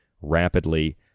Rapidly